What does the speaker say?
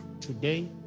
Today